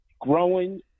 growing